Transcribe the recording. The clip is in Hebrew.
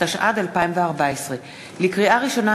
התשע"ד 2014. לקריאה ראשונה,